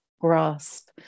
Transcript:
grasp